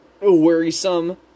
worrisome